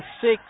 six